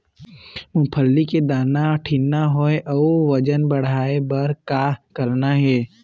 मूंगफली के दाना ठीन्ना होय अउ वजन बढ़ाय बर का करना ये?